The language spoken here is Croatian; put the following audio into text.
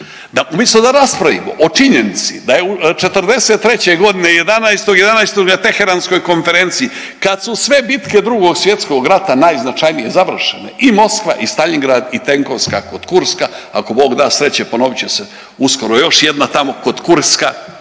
Umjesto da raspravimo o činjenici da je '43. godine 11.11. na Teheranskoj konferenciji kad su sve bitke Drugog svjetskog rata najznačajnije završene i Moskva i Staljingrad i tenkovska kod Kurska ako bog da sreće ponovit će se uskoro još jedna tamo kod Kurska.